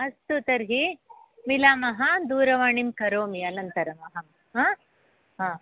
अस्तु तर्हि मिलामः दूरवाणीं करोमि अनन्तरम् अहं हा हा